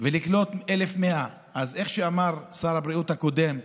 ולקלוט 1,100. אז איך שאמר שר הבריאות הקודם,